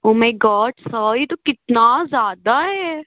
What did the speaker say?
O my god sir यह तो कितना ज़्यादा है